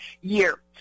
year